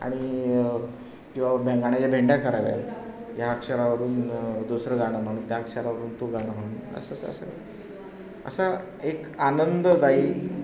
आणि किंवा भे गाण्याच्या भेंड्या कराव्या ह्या अक्षरावरून दुसरं गाणं म्हण त्या अक्षरावरून तू गाणं म्हण असं असं असं असा एक आनंददायी